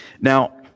Now